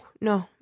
no